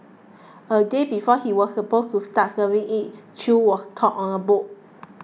a day before he was supposed to start serving it Chew was caught on a boat